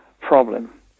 problem